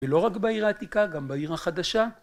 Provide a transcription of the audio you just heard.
ולא רק בעיר העתיקה, גם בעיר החדשה.